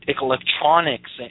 electronics